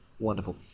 Wonderful